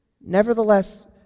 nevertheless